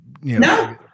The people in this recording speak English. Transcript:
no